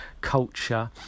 culture